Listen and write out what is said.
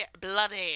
bloody